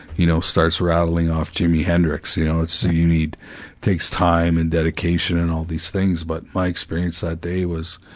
you know, starts rattling off jimmy hendrix, you know, it's, you need, it takes time and dedication and all these things but my experience that day was,